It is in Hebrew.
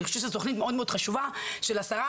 אני חושבת שזאת תוכנית מאוד חשובה של עשרה